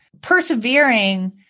persevering